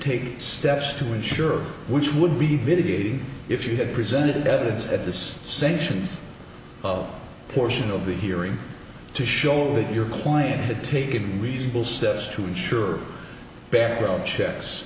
take steps to ensure which would be mitigating if you had presented evidence at this sanctions portion of the hearing to show that your client had taken reasonable steps to ensure background checks